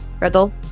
Riddle